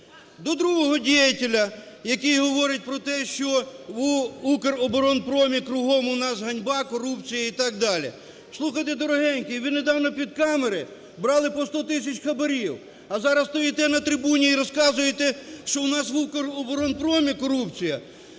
До другого деятеля, який говорить про те, що в "Укроборонпромі" кругом у нас ганьба, корупція і так далі. Слухайте, дорогенькі, ви недавно під камери брали по 100 тисяч хабарів, а зараз стоїте на трибуні і розказуєте, що у нас в "Укроборонпромі" корупція.